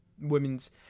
women's